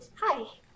Hi